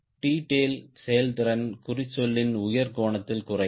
T tail செயல்திறன் குறிச்சொல்லின் உயர் கோணத்தில் குறையும்